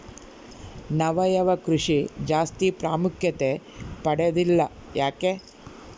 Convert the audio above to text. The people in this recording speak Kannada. ಸಾವಯವ ಕೃಷಿ ಜಾಸ್ತಿ ಪ್ರಾಮುಖ್ಯತೆ ಪಡೆದಿಲ್ಲ ಯಾಕೆ?